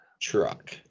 truck